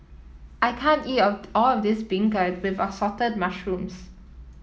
I can't eat all of this beancurd with Assorted Mushrooms